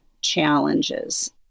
challenges